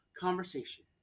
conversation